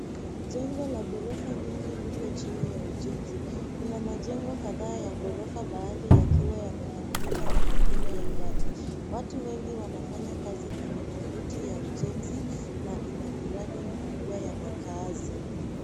Jengo la gorofa nyingi liko chini ya ujenzi. Kuna majengo kadhaa ya gorofa baadhi yakiwa yamekamilika na mengine yangali. Watu wengi wanafanya kazi kwenye tovuti ya ujenzi na ina miradi mikubwa ya makazi.